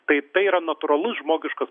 tai tai yra natūralus žmogiškas